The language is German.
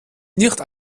nicht